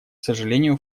сожалению